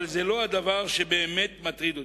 אבל זה לא הדבר שבאמת מטריד אותי.